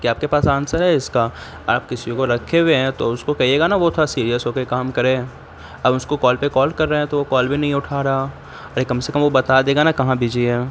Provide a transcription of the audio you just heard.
کیا آپ کے پاس آنسر ہے اس کا آپ کسی کو رکھے ہوئے ہیں تو اس کو کہیے گا نا وہ تھوڑا سیریس ہو کے کام کریں اب اس کو کال پہ کال کر رہے ہیں تو وہ کال بھی نہیں اٹھا رہا ارے کم سے کم وہ بتا دے گا نا کہاں بجی ہے